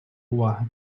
уваги